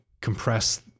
compress